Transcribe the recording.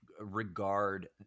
regard